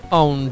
on